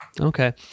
Okay